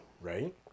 right